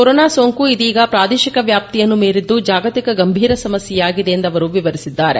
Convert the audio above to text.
corona ಸೋಂಕು ಇದೀಗ ಪ್ರಾದೇಶಿಕ ವ್ಯಾಪ್ತಿಯನ್ನು ಮೀರಿದ್ದು ಜಾಗತಿಕ ಗಂಭೀರ ಸಮಸ್ಯೆಯಾಗಿದೆ ಎಂದು ಅವರು ವಿವರಿಸಿದ್ದಾರೆ